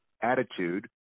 attitude